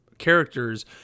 characters